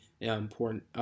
important